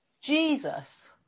Jesus